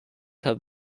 have